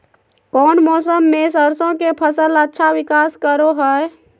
कौन मौसम मैं सरसों के फसल अच्छा विकास करो हय?